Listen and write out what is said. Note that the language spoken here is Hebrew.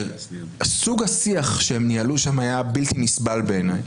וסוג השיח שהם ניהלו שם היה בלתי נסבל בעיניי,